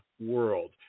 world